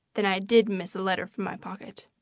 then i did miss a letter from my pocket.